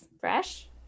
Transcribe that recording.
fresh